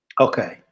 okay